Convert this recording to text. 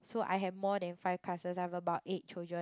so I have more than five classes I have about eight children